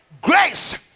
grace